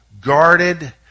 guarded